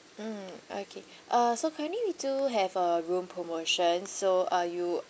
mm okay uh so currently we do have a room promotion so uh you